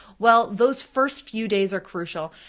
well, those first few days are crucial,